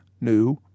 new